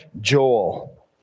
Joel